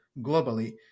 globally